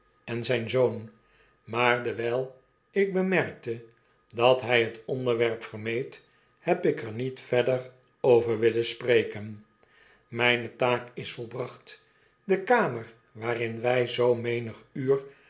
en zjjn zoon maar dewyl ik bemerkte dat hij het onderwerp vermeed heb ik er niet verder over willen spreken myne taak is volbracht de kamer waarin wij zoo menig uur